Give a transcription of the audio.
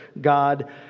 god